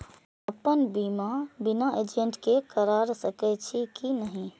अपन बीमा बिना एजेंट के करार सकेछी कि नहिं?